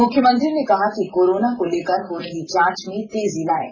मुख्यमंत्री ने कहा कि कोरोना को लेकर हो रही जांच में तेजी लाएं